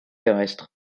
terrestre